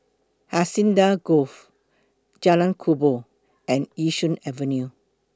Hacienda Grove Jalan Kubor and Yishun Avenue